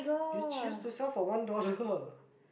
you choose to sell for one dollar